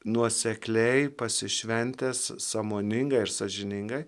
nuosekliai pasišventęs sąmoninga ir sąžininga